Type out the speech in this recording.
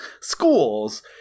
schools